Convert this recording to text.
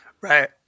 right